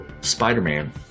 Spider-Man